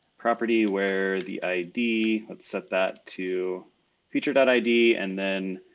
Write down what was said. property where the id, let's set that to feature that id. and then